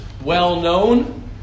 well-known